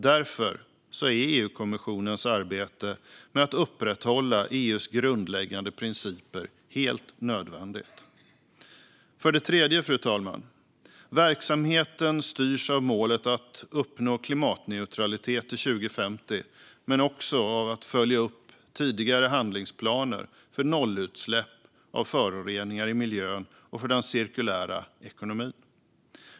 Därför är EU-kommissionens arbete med att upprätthålla EU:s grundläggande principer helt nödvändigt. För det tredje: Verksamheten styrs av målet att uppnå klimatneutralitet till 2050 men också av att följa upp tidigare handlingsplaner för nollutsläpp av föroreningar i miljön och för den cirkulära ekonomin.